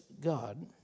God